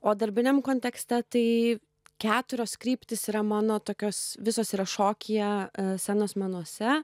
o darbiniam kontekste tai keturios kryptys yra mano tokios visos yra šokyje scenos menuose